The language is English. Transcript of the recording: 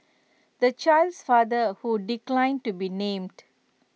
the child's father who declined to be named